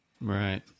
Right